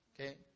Okay